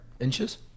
inches